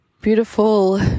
beautiful